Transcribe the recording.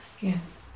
Yes